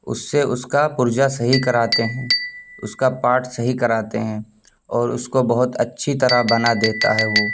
اس سے اس کا پرجا صحیح کراتے ہیں اس کا پارٹ صحیح کراتے ہیں اور اس کو بہت اچّّھی طرح بنا دیتا ہے وہ